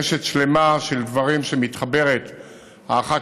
רשת שלמה של דברים שמתחברים זה לזה,